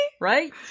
Right